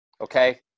okay